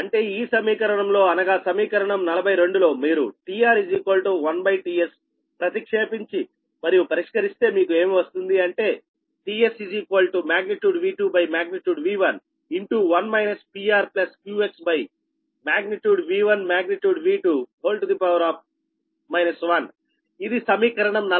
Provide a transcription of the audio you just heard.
అంటే ఈ సమీకరణంలో అనగా సమీకరణం 42 లో మీరు tR1tSప్రతిక్షేపించి మరియు పరిష్కరిస్తే మీకు ఏమి వస్తుంది అంటే tS|V2||V1| 1 PRQX|V1||V2| 1 ఇది సమీకరణం 43